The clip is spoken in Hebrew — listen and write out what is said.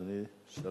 אדוני, בבקשה.